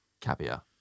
caviar